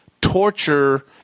torture